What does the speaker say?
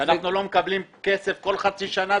כשאנחנו לא מקבלים כסף כל חצי שנה,